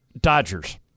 Dodgers